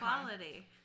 quality